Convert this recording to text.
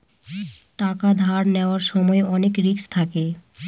টাকা ধার নেওয়ার সময় অনেক রিস্ক থাকে